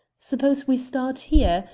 suppose we start here.